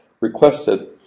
requested